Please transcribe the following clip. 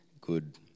good